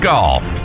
Golf